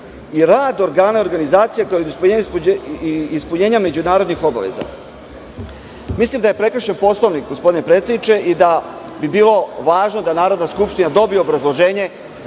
i rad organa i organizacija, kao i ispunjenje međunarodnih obaveza. Mislim da je prekršen Poslovnik, gospodine predsedniče, i da bi bilo važno da Narodna skupština dobije obrazloženje,